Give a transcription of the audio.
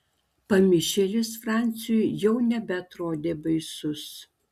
pamišėlis franciui jau nebeatrodė baisus